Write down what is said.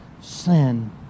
sin